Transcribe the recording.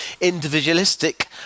individualistic